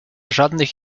żadnych